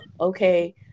Okay